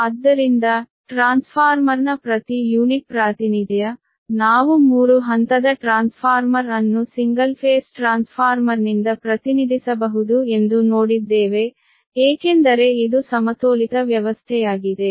ಆದ್ದರಿಂದ ಟ್ರಾನ್ಸ್ಫಾರ್ಮರ್ನ ಪ್ರತಿ ಯೂನಿಟ್ ಪ್ರಾತಿನಿಧ್ಯ ನಾವು ಮೂರು ಹಂತದ ಟ್ರಾನ್ಸ್ಫಾರ್ಮರ್ ಅನ್ನು ಸಿಂಗಲ್ ಫೇಸ್ ಟ್ರಾನ್ಸ್ಫಾರ್ಮರ್ನಿಂದ ಪ್ರತಿನಿಧಿಸಬಹುದು ಎಂದು ನೋಡಿದ್ದೇವೆ ಏಕೆಂದರೆ ಇದು ಸಮತೋಲಿತ ವ್ಯವಸ್ಥೆಯಾಗಿದೆ